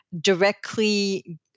directly